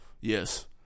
Yes